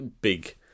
big